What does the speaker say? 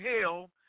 hell